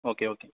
okay okay